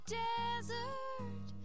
desert